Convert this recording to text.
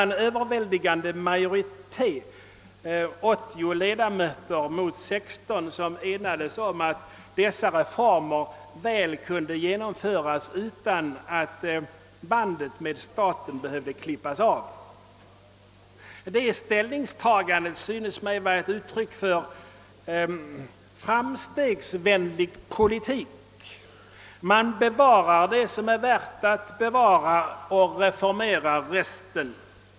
En överväldigande majoritet — 80 ledamöter mot 16 — enades om att dessa reformer väl kunde genomföras utan att bandet med staten behövde klippas av. Detta ställningstagande synes mig vara ett uttryck för framstegsvänlig politik. Man bevarar det som är värt att bevara och reformerar resten.